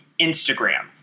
Instagram